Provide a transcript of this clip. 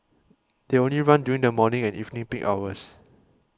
they only run during the morning and evening peak hours